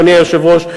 אדוני היושב-ראש,